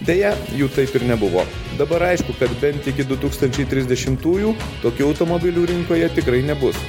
deja jų taip ir nebuvo dabar aišku kad bent iki du tūkstančiai trisdešimtųjų tokių automobilių rinkoje tikrai nebus